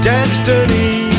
Destiny